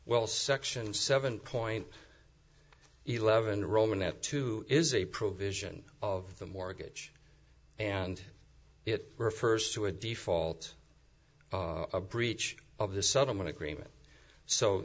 well section seven point eleven roman that too is a provision of the mortgage and it refers to a default breach of the settlement agreement so